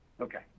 Okay